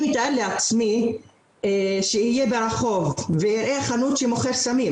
אני מתאר לעצמי שאהיה ברחוב ואראה חנות שמוכרת סמים